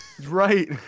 Right